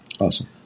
Awesome